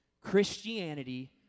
Christianity